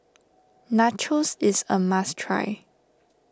Nachos is a must try